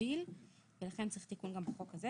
מקביל ולכן צריך תיקון גם בחוק הזה.